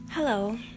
Hello